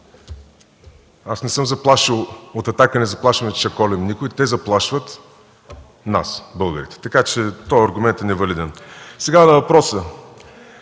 аз не съм заплашил, от „Атака” не заплашваме, че ще колим някой, те заплашват нас – българите, така че този аргумент е невалиден. Сега на въпроса.